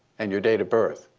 and your date of birth,